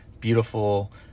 beautiful